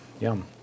yum